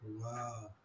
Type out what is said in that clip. Wow